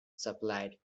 supplied